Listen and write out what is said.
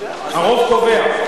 הרוב קובע.